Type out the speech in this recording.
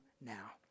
now